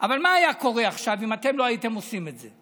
אבל מה היה קורה עכשיו אם אתם לא הייתם עושים את זה?